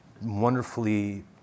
wonderfully